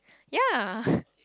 ya